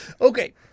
Okay